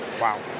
Wow